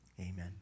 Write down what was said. Amen